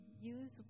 use